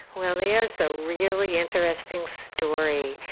well there's a really interesting story.